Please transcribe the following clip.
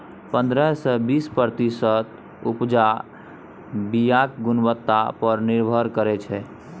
पंद्रह सँ बीस प्रतिशत उपजा बीयाक गुणवत्ता पर निर्भर करै छै